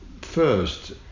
first